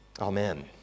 Amen